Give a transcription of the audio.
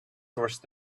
first